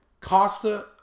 Costa